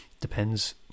depends